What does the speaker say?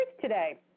today